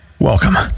Welcome